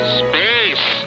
space